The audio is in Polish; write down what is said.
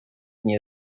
nie